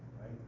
right